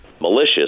malicious